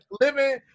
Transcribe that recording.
living